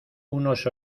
unos